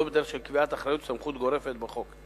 בדרך של קביעת אחריות וסמכות גורפת בחוק.